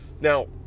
now